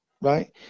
right